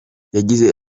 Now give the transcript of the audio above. yagize